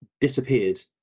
disappeared